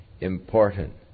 important